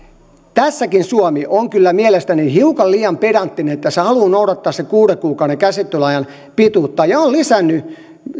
tässäkin suomi on kyllä mielestäni hiukan liian pedanttinen kun se haluaa noudattaa kuuden kuukauden käsittelyajan pituutta ja on lisännyt